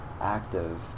active